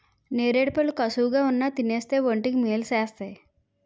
నేరేడుపళ్ళు కసగావున్నా తినేస్తే వంటికి మేలు సేస్తేయ్